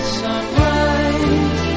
sunrise